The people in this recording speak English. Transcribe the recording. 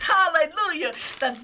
Hallelujah